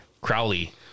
Crowley